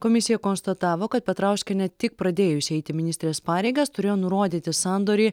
komisija konstatavo kad petrauskienė tik pradėjusi eiti ministrės pareigas turėjo nurodyti sandorį